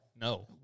No